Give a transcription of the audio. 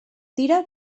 tira